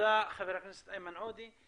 תודה רבה, חבר הכנסת איימן עודה.